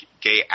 Gay